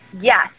yes